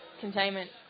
containment